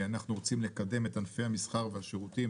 אנחנו רוצים לקדם את ענפי המסחר והשירותים.